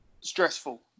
Stressful